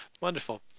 Wonderful